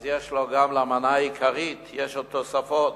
למנה העיקרית יש עוד תוספות.